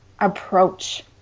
approach